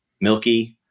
milky